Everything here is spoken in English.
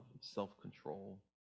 self-control